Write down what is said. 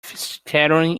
scattering